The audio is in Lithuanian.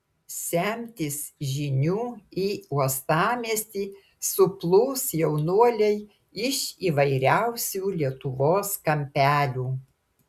semtis žinių į uostamiestį suplūs jaunuoliai iš įvairiausių lietuvos kampelių